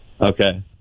Okay